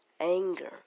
anger